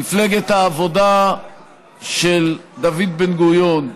מפלגת העבודה של דוד בן-גוריון,